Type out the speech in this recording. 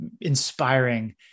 inspiring